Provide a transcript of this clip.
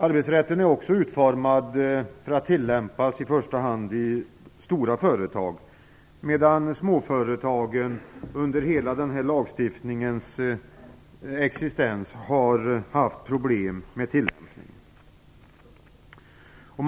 Arbetsrätten är utformad för att i första hand tilllämpas i stora företag, medan småföretagen under hela den tid denna lagstiftning har varit i kraft har haft problem med tillämpningen.